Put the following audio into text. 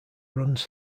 runs